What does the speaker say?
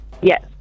yes